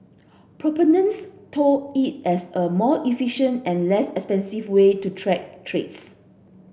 proponents tout it as a more efficient and less expensive way to track trades